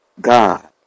God